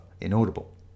inaudible